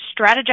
strategize